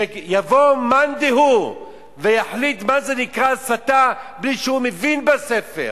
שיבוא מאן דהוא ויחליט מה זה נקרא הסתה בלי שהוא מבין בספר,